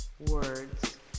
words